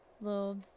little